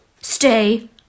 stay